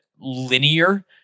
linear